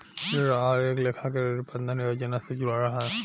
ऋण आहार एक लेखा के ऋण प्रबंधन योजना से जुड़ल हा